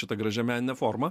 šita gražia menine forma